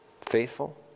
faithful